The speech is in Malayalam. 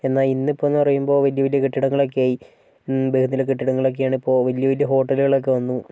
എന്നാൽ ഇന്നിപ്പോഴെന്ന് പറയുമ്പോൾ വല്യ വല്യ കെട്ടിടങ്ങളൊക്കെ ആയി ബഹുനില കെട്ടിടങ്ങളൊക്കെയാണിപ്പോൾ വല്യ വല്യ ഹോട്ടലുകളൊക്കെ വന്നു